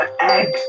Eggs